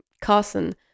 Carson